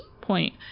point